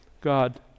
God